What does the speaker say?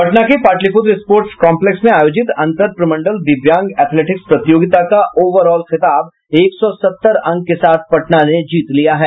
पटना के Pataliputra sports complex में आयोजित अंतर प्रमंडल दिव्यांग एथलेटिक्स प्रतियोगिता का ओवर ऑल खिताब एक सौ सत्तर अंक के साथ पटना ने जीत लिया है